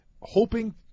hoping